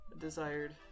desired